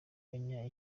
kanya